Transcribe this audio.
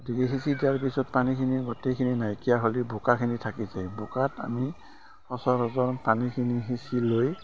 গতিকে সিঁচি দিয়াৰ পিছত পানীখিনি গোটেইখিনি নাইকিয়া হ'লে বোকাখিনি থাকি যায় বোকাত আমি সচৰ সচৰ পানীখিনি সিঁচি লৈ